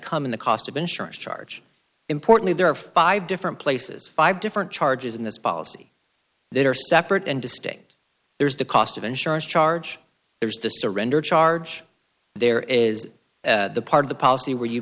come in the cost of insurance charge importantly there are five different places five different charges in this policy that are separate and distinct there's the cost of insurance charge there's the surrender charge there is the part of the policy where you